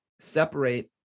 separate